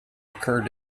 occurred